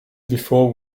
before